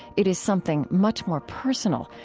it is something much more personal,